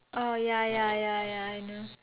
orh ya ya ya ya I know